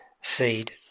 seed